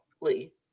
Lee